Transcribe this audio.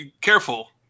careful